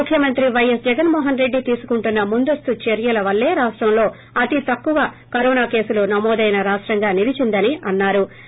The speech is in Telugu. ముఖ్యమంత్రి వైఎస్ జగన్మోహన్రెడ్డి తీసుకుంటున్న ముందస్తు చర్యల వల్లే రాష్టంలో అతి తక్కువ కరోనా కేసులు నమోదైన రాష్ట్రంగా నిలిచిందని అన్నారు